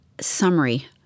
summary